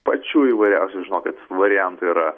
pačių įvairiausių žinokit variantų yra